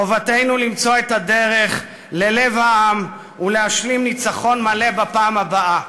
חובתנו למצוא את הדרך ללב העם ולהשלים ניצחון מלא בפעם הבאה.